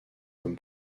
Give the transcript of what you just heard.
comme